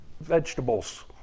vegetables